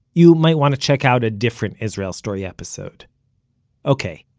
you might want to check out a different israel story episode ok,